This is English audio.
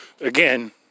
again